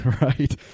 Right